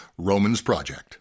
RomansProject